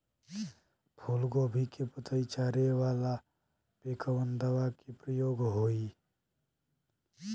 फूलगोभी के पतई चारे वाला पे कवन दवा के प्रयोग होई?